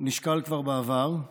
נשקל כבר בעבר,